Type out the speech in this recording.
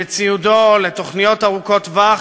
לציודו, לתוכניות ארוכות טווח